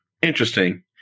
Interesting